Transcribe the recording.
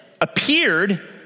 appeared